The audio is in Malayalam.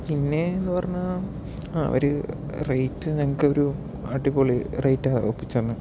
പിന്നെയെന്നു പറഞ്ഞാൽ ആ ഒരു റേറ്റ് നമുക്ക് ഒരു അടിപൊളി റേറ്റ് ഒപ്പിച്ചുതന്നു